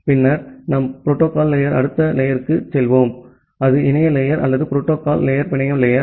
பின்னர் நாம் protocol layer அடுத்த லேயர் க்கு செல்வோம் அது இணைய லேயர் அல்லது புரோட்டோகால் லேயர் பிணைய லேயர்